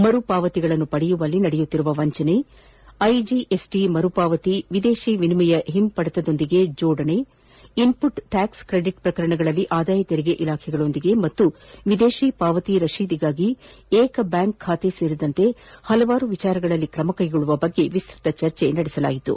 ಮರುಪಾವತಿಗಳನ್ನು ಪಡೆಯುವಲ್ಲಿ ನಡೆಯುತ್ತಿರುವ ವಂಚನೆ ಐಜಿಎಸ್ಟಿ ಮರುಪಾವತಿಯ ವಿದೇಶಿ ವಿನಿಮಯ ಹಿಂಪಡೆತದೊಂದಿಗಿನ ಜೋಡಣೆ ಇನ್ಫುಟ್ ಟ್ಯಾಕ್ಸ್ ಕ್ರೆಡಿಟ್ ಪ್ರಕರಣಗಳಲ್ಲಿ ಆದಾಯ ತೆರಿಗೆ ಇಲಾಖೆಗಳೊಂದಿಗೆ ಮತ್ತು ವಿದೇಶಿ ಪಾವತಿ ರಸೀದಿಗಾಗಿ ಏಕ ಬ್ಯಾಂಕ್ ಖಾತೆ ಸೇರಿದಂತೆ ಹಲವಾರು ವಿಚಾರಗಳಲ್ಲಿ ಕ್ರಮ ಕೈಗೊಳ್ಳುವ ಬಗ್ಗೆ ವಿಸ್ತತ ಚರ್ಚೆ ನಡೆಸಲಾಯಿತು